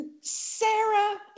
Sarah